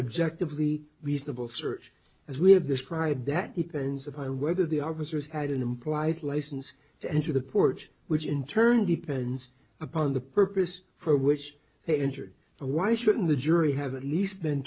objective the reasonable search as we have described that ethan's upon whether the officers had an implied license to enter the porch which in turn depends upon the purpose for which they are injured and why shouldn't the jury have at least been